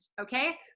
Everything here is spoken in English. okay